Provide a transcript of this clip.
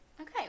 Okay